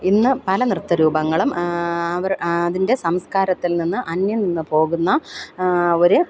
ഇന്ന് പല നൃത്തരൂപങ്ങളും അവർ അതിൻ്റെ സംസ്കാരത്തിൽ നിന്ന് അന്യം നിന്ന് പോകുന്ന ഒരു